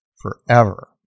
forever